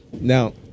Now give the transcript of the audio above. now